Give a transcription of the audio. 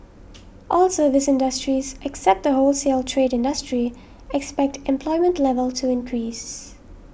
all services industries except the wholesale trade industry expect employment level to increase